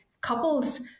couples